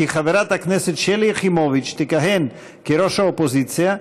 כי חברת הכנסת שלי יחימוביץ תכהן כראש האופוזיציה,